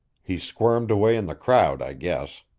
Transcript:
he squirmed away in the crowd, i guess.